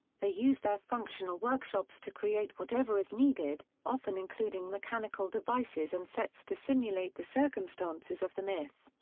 they use their functional workshops to create whatever is needed, often including mechanical devices and sets to simulate the circumstances of the myth.